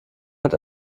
hat